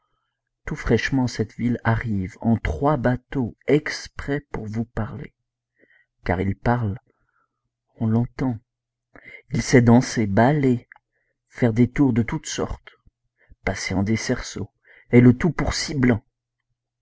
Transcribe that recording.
tout fraîchement en cette ville arrive en trois bateaux exprès pour vous parler car il parle on l'entend il sait danser baller faire des tours de toute sorte passer en des cerceaux et le tout pour six blancs